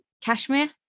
kashmir